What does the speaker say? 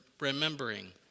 remembering